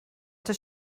does